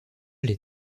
les